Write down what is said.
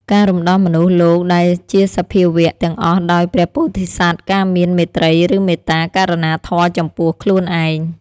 ការរំដោះមនុស្សលោកដែលជាសភាវៈទាំងអស់ដោយព្រះពោធិសត្វ ការមាន មេត្រី ឬមេត្តា ករុណាធម៌ចំពោះខ្លួនឯង ។